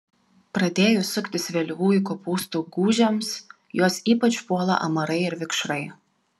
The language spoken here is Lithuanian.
pradėjus suktis vėlyvųjų kopūstų gūžėms juos ypač puola amarai ir vikšrai